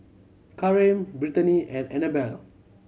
Kareem Brittany and Anabelle